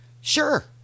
Sure